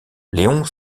léon